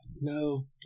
No